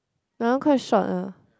that one quite short ah